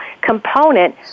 component